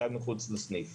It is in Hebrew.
היה מחוץ לסניף.